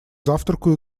завтраку